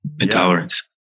intolerance